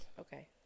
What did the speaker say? okay